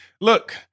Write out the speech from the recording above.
Look